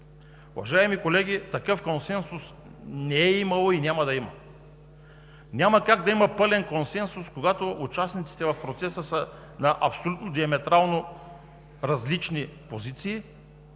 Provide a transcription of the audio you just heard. Уважаеми колеги, такъв консенсус не е имало и няма да има. Няма как да има пълен консенсус, когато участниците в процеса са на диаметрално различни позиции.